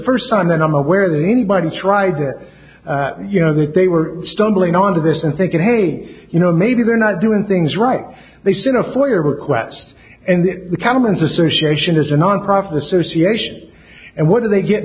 first time that i'm aware that anybody tried it you know that they were stumbling onto this and thinking hey you know maybe they're not doing things right they stood up for your request and the comments association is a nonprofit association and what do they get